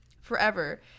Forever